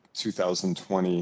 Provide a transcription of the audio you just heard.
2020